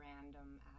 random